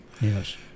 yes